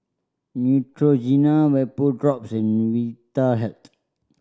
Neutrogena Vapodrops and Vitahealth